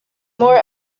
more